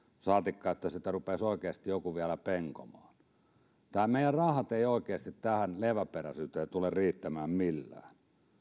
saatikka että sitä rupeaisi oikeasti joku vielä penkomaan nämä meidän rahamme eivät oikeasti tähän leväperäisyyteen tule riittämään millään